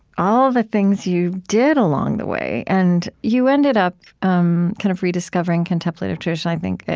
all the things you did along the way. and you ended up um kind of rediscovering contemplative tradition, i think,